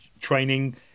training